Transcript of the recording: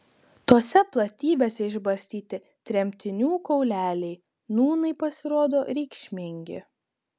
tose platybėse išbarstyti tremtinių kauleliai nūnai pasirodo reikšmingi